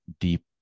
deep